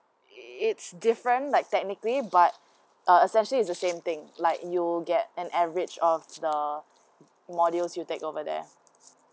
it's different like technically but uh essentially is the same thing like you will get an average of the modules you take over there